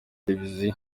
televiziyo